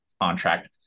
contract